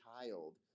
child